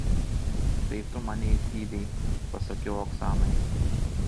tai tu mane išgydei pasakiau oksanai